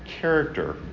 character